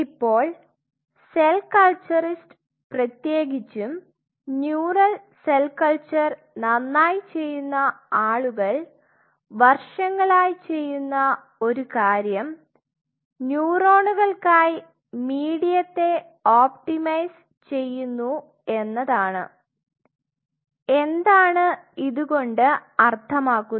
ഇപ്പോൾ cell culturist പ്രത്യേകിച്ചും neural cell culture നന്നായി ചെയ്യുന്ന ആളുകൾ വർഷങ്ങളായി ചെയ്യുന്ന ഒരു കാര്യം ന്യൂറോണുകൾകായി മീഡിയത്തെ ഒപ്റ്റിമൈസ് ചെയുന്നു എന്നതാണ് എന്താണ് ഇതുകൊണ്ട് അർത്ഥമാക്കുന്നത്